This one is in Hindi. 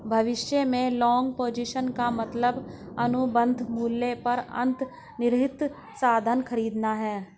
भविष्य में लॉन्ग पोजीशन का मतलब अनुबंध मूल्य पर अंतर्निहित साधन खरीदना है